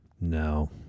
No